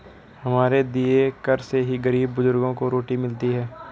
हमारे दिए कर से ही गरीब बुजुर्गों को रोटी मिलती है